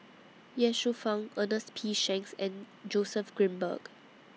Ye Shufang Ernest P Shanks and Joseph Grimberg